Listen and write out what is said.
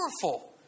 powerful